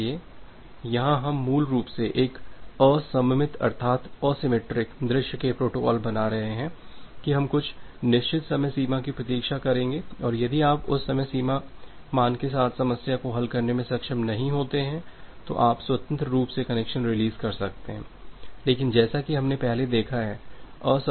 इसलिए यहां हम मूल रूप से एक असममित अर्थात असिमेट्रिक दृश्य से प्रोटोकॉल बना रहे हैं कि हम कुछ निश्चित समयसीमा की प्रतीक्षा करेंगे और यदि आप उस समय सीमा मान के साथ समस्या को हल करने में सक्षम नहीं होते हैं तो आप स्वतंत्र रूप से कनेक्शन रिलीज़ कर सकते हैं लेकिन जैसा कि हमने पहले देखा है